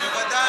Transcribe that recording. בוודאי.